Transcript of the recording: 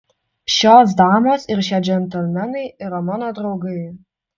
šios damos ir šie džentelmenai yra mano draugai